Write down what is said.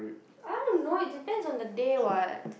I don't know it depends on the day what